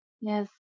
Yes